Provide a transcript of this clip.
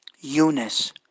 Eunice